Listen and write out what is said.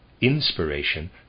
Inspiration